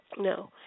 No